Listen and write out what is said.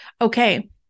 Okay